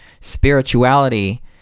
Spirituality